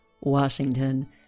Washington